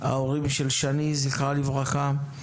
ההורים של שני, זכרה לברכה;